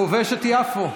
כובש את יפו.